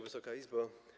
Wysoka Izbo!